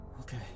Okay